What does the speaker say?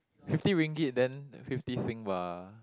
fifty ringgit then fifty Sing !wah!